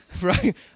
right